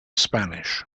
spanish